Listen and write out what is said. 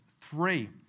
three